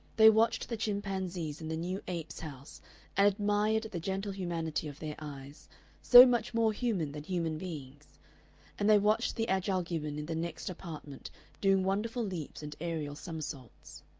they watched the chimpanzees in the new apes' house, and admired the gentle humanity of their eyes so much more human than human beings and they watched the agile gibbon in the next apartment doing wonderful leaps and aerial somersaults.